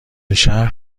شهر